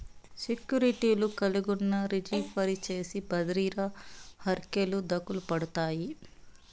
సెక్యూర్టీలు కలిగున్నా, రిజీ ఫరీ చేసి బద్రిర హర్కెలు దకలుపడతాయి